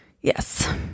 yes